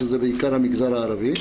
שזה בעיקר המגזר הערבי,